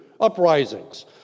uprisings